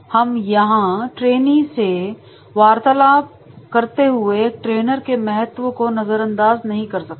हम यहां ट्रेनी से वार्तालाप करते हुए एक ट्रेनर के महत्व को नजरअंदाज नहीं कर सकते